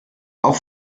auch